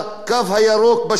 בשטחים הכבושים.